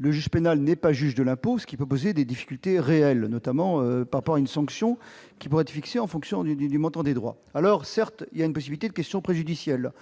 Le juge pénal n'est pas juge de l'impôt, ce qui peut poser des difficultés réelles, notamment par rapport à une sanction qui pourrait être fixée en fonction du montant des droits. Il y a, certes, une possibilité de question préjudicielle,